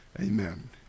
Amen